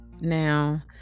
Now